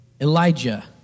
Elijah